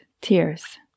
Tears